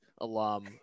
alum